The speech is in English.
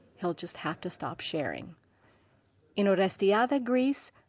he'll just have to stop sharing in orestiada, greece,